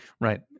Right